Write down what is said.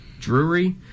Drury